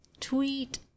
Tweet